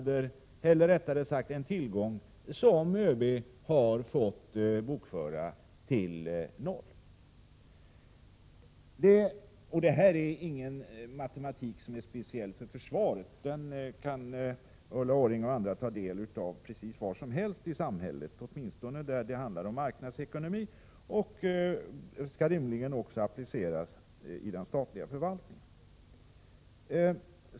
Därför är detta en tillgång som ÖB har bokfört till noll. Det här är inte någon matematik som är speciell för försvaret, utan den kan Ulla Orring och övriga ta del av precis var som helst i samhället, åtminstone där det handlar om marknadsekonomi. Denna matematik skall rimligen också appliceras på den statliga förvaltningen.